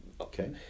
Okay